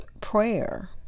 prayer